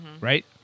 right